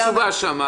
בן זוגו של אומן,